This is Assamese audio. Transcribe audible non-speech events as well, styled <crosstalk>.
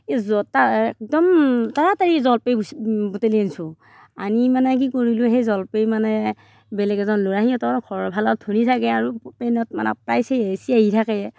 <unintelligible> একদম তাৰাতাৰি জলফাই বুটলি আনিছো আনি মানে কি কৰিলো সেই জলফাই মানে বেলেগ এজন ল'ৰা সিহঁতৰ ঘৰৰ ভাল ধনী ছাগে আৰু পেনত মানে প্ৰায় চিঞাঁহী চিঞাঁহী থাকে